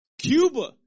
Cuba